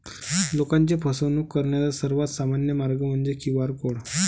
लोकांची फसवणूक करण्याचा सर्वात सामान्य मार्ग म्हणजे क्यू.आर कोड